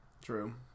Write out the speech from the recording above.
true